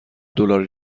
دلاری